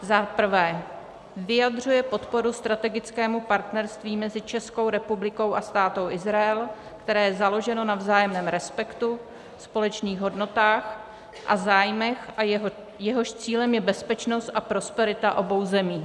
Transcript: I. vyjadřuje podporu strategickému partnerství mezi Českou republikou a Státem Izrael, které je založeno na vzájemném respektu, společných hodnotách a zájmech, jehož cílem je bezpečnost a prosperita obou zemí;